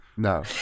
No